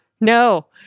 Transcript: No